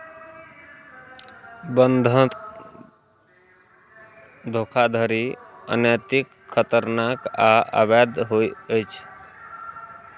बंधक धोखाधड़ी अनैतिक, खतरनाक आ अवैध होइ छै